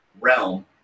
realm